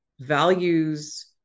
values